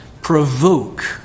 Provoke